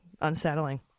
unsettling